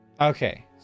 Okay